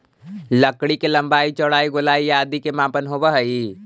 लकड़ी के लम्बाई, चौड़ाई, गोलाई आदि के मापन होवऽ हइ